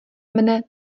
mne